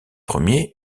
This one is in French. premier